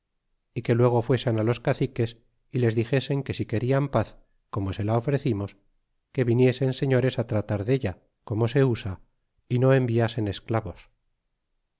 y que luego fuesen los caciques y les dixesen que si querian paz como se la ofrecimos que viniesen señores tratar della como se usa é no enviasen esclavos